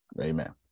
Amen